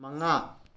ꯃꯉꯥ